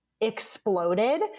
exploded